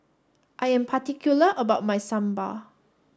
I am particular about my Sambar